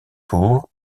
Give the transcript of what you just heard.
pour